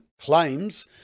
claims